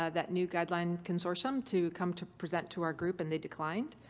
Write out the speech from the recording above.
ah that new guideline consortium to come to present to our group and they declined.